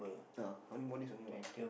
uh how many more days only what